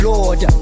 Lord